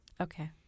Okay